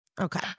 Okay